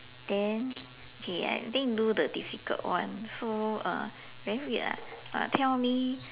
then okay I think do the difficult one so uh very weird ah uh tell me